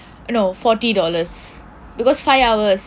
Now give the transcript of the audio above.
no forty dollars because five hours